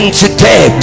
today